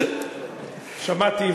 שמעתי,